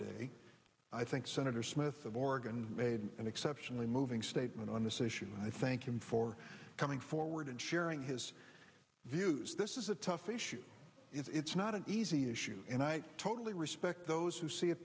today i think senator smith of oregon made an exceptionally moving statement on this issue and i thank him for coming forward and sharing his views this is a tough issue it's not an easy issue and i totally respect those who see it